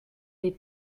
des